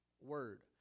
word